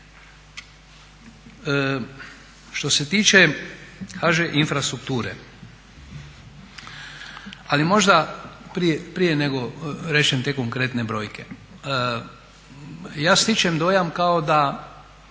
Što se tiče HŽ infrastrukture ali možda prije nego kažem te konkretne brojke, ja stječem dojam kao da